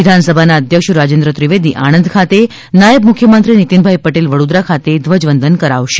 વિધાનસભાના ધ્યક્ષ રાજેન્દ્ર ત્રિવેદી આણંદ ખાતે નાયબ મુખ્યમંત્રી નિતિનભાઇ પટેલ વડોદરા ખાતે ધ્વજવંદન કરાવશે